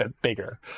bigger